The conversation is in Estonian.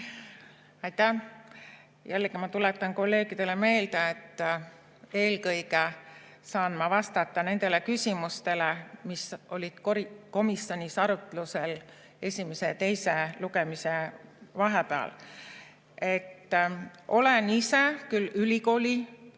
Aitäh! Jällegi, ma tuletan kolleegidele meelde, et eelkõige saan ma vastata nendele küsimustele, mis olid komisjonis arutlusel esimese ja teise lugemise vahepeal. Olen ise küll ülikooli